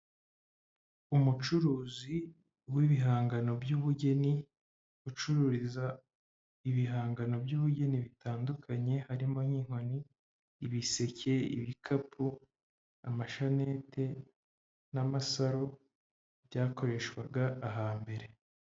Umucuruzi w'ibihangano by'ubugeni, ucururiza ibihangano by'ubugeni bitandukanye harimo nk'inkoni, ibiseke, ibikapu, amashanete n'amasaro byakoreshwaga hambere.